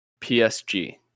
PSG